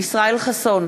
ישראל חסון,